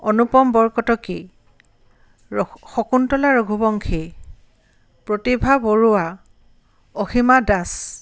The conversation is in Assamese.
অনুপম বৰকটকী ৰ শকুন্তলা ৰঘুবংশী প্ৰতিভা বৰুৱা অসীমা দাস